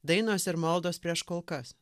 dainos ir maldos prieš kulkas